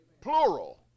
Plural